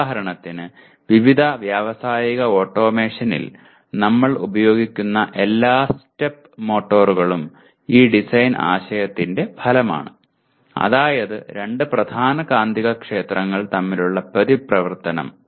ഉദാഹരണത്തിന് വിവിധ വ്യാവസായിക ഓട്ടോമേഷനിൽ നമ്മൾ ഉപയോഗിക്കുന്ന എല്ലാ സ്റ്റെപ്പ് മോട്ടോറുകളും ഈ ഡിസൈൻ ആശയത്തിന്റെ ഫലമാണ് അതായത് രണ്ട് പ്രധാന കാന്തികക്ഷേത്രങ്ങൾ തമ്മിലുള്ള പ്രതിപ്രവർത്തനം